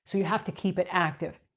so you have to keep it active.